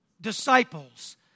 disciples